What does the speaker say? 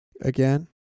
again